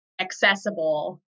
accessible